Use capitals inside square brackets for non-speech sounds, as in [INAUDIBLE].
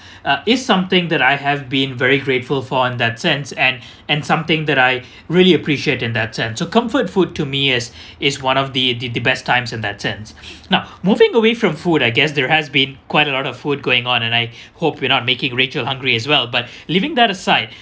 uh is something that I have been very grateful for in that sense and and something that I really appreciate in that sense so comfort food to me is is one of the the best times in that sense [BREATH] now moving away from food I guess there has been quite a lot of food going on and I hope we're not making rachel hungry as well but leaving that aside